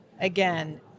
again